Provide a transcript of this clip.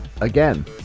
Again